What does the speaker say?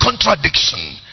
contradiction